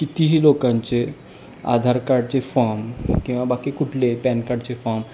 कितीही लोकांचे आधार कार्डचे फॉर्म किंवा बाकी कुठले पॅन कार्डचे फॉर्म